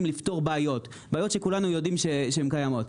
לפתור בעיות שכולנו יודעים שהן קיימות.